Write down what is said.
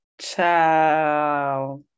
Ciao